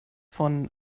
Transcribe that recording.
von